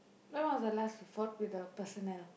when was the last you fought with the personnel